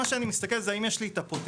מה שאני מסתכל זה האם יש לי את הפוטנציאל.